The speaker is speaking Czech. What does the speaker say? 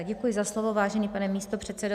Děkuji za slovo, vážený pane místopředsedo.